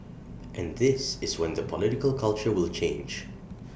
and this is when the political culture will change